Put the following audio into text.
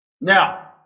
Now